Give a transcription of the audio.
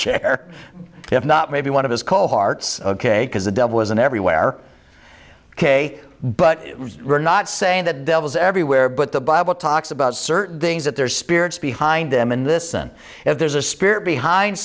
chair if not maybe one of his call hearts ok because the devil is in everywhere ok but we're not saying that devils everywhere but the bible talks about certain things that their spirits behind them in this and if there's a spirit behind